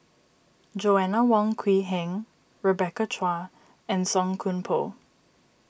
Joanna Wong Quee Heng Rebecca Chua and Song Koon Poh